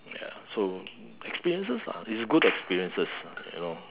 ya so experiences lah it's good experiences you know